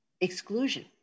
exclusion